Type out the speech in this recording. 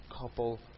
couple